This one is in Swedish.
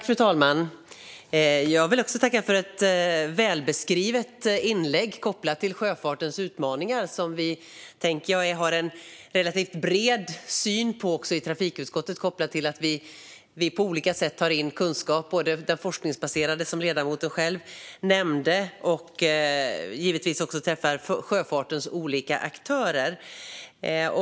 Fru talman! Jag vill också tacka för ett välskrivet inlägg om sjöfartens utmaningar. Detta har vi, tänker jag, en relativt bred syn på också i trafikutskottet med tanke på att vi på olika sätt tar in kunskap både från forskningen, som ledamoten själv nämnde, och givetvis också genom att träffa sjöfartens olika aktörer.